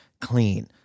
clean